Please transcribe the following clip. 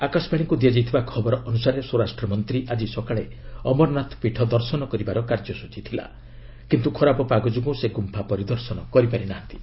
ଆକାଶବାଣୀକୁ ଦିଆଯାଇଥିବା ଖବର ଅନୁସାରେ ସ୍ୱରାଷ୍ଟ୍ରମନ୍ତ୍ରୀ ଆକି ସକାଳେ ଅମରନାଥ ପୀଠ ଦର୍ଶନ କରିବାର କାର୍ଯ୍ୟସ୍ଚୀ ଥିଲା କିନ୍ତୁ ଖରାପ ପାଗ ଯୋଗୁଁ ସେ ଗୁମ୍ଫା ପରିଦର୍ଶନ କରିପାରି ନାହାନ୍ତି